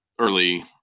early